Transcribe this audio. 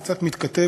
זה קצת מתכתב,